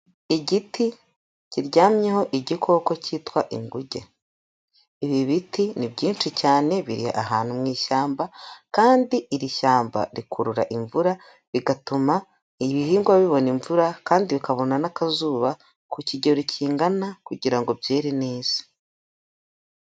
Igiti kiryamyeho igikoko cyitwa inguge, ibi biti ni byinshi cyane biri ahantu mu ishyamba kandi iri shyamba rikurura imvura bigatuma ibihingwa bibona imvura kandi bikabona n'akazuba ku kigero kingana kugira ngo byeri neza.